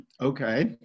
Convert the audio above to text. okay